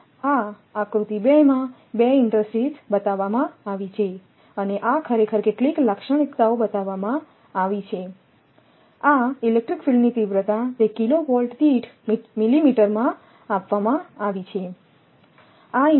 તેથી આ આકૃતિ2માં 2 ઇન્ટરશીથ્સ બતાવવામાં આવી છે અને આ ખરેખર કેટલીક લાક્ષણિકતાઓ બતાવવામાં આવી છેઆ ઇલેક્ટ્રિક ફીલ્ડની તીવ્રતા તે કિલો વોલ્ટ દીઠ મિલીમીટરમાં આપવામાં આવી છે